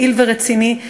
פעיל ורציני.